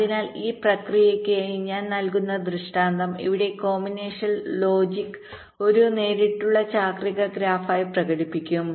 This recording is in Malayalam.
അതിനാൽ ഈ പ്രക്രിയയ്ക്കായി ഞാൻ നൽകുന്ന ദൃഷ്ടാന്തം ഇവിടെ കോമ്പിനേഷണൽ ലോജിക്ഒരു നേരിട്ടുള്ള ചാക്രിക ഗ്രാഫായി പ്രകടിപ്പിക്കും